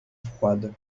froide